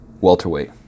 welterweight